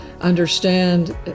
understand